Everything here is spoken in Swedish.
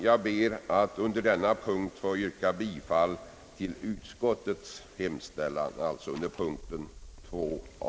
Jag ber att få yrka bifall till utskottets hemställan under punkten II A.